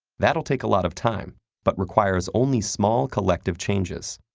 that'll take a lot of time but requires only small collective changes,